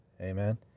amen